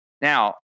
now